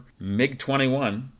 MiG-21